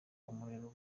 umuriro